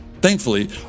Thankfully